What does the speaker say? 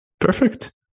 perfect